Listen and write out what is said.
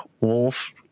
Wolf